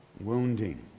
wounding